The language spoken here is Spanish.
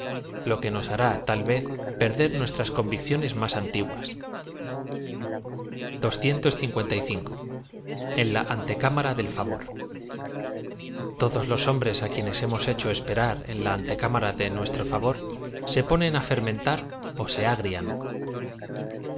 lo que dos hará ta l vez perder nuestras convicciones más antiguas n la antecámara del favor todos los hombres á quienes hemos hecho esperar en la antecámara de nuestro fa v o r se ponen á fer mentar ó se